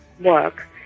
work